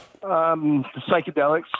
psychedelics